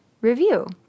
review